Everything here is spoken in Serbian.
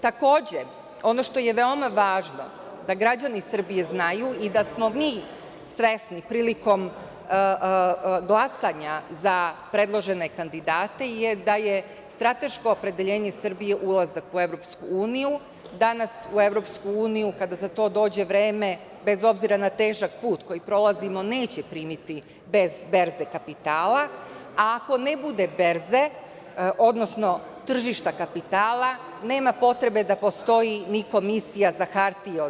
Takođe, ono što je veoma važno, da građani Srbije znaju i da smo mi svesni, prilikom glasanja za predložene kandidate je da je strateško opredeljenje Srbije ulazak u EU, da nas u EU, kada za to dođe vreme, bez obzira na težak put koji prolazimo, neće primiti bez berze kapitala, a ako ne bude berze, odnosno tržišta kapitala, nema potrebe da postoji ni Komisija za hartije od